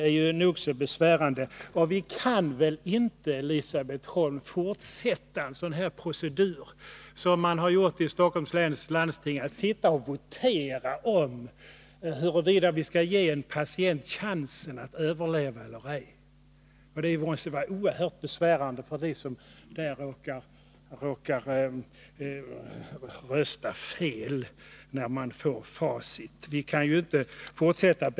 Vi kan väl inte heller, Elisabet Holm, fortsätta att göra så som man har gjort i Sockholms läns landsting, där man voterat om huruvida en patient skulle få chansen att överleva eller ej! Det måste ju vara oerhört besvärande för dem som därvid råkar rösta ”fel” när de sedan får se facit.